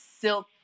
silk